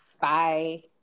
bye